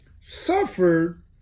suffered